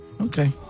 Okay